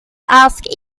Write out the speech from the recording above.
ask